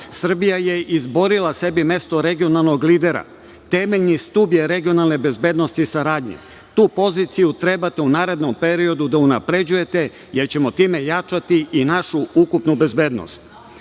Srbija je izborila sebi mesto regionalnog lidera, temeljni stub je regionalne bezbednosti i saradnje. Tu poziciju treba u narednom periodu da unapređujete, jer ćemo time jačati i našu ukupnu bezbednost. Pitanje